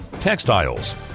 textiles